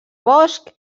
bosc